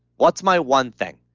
what's my one thing?